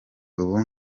ubu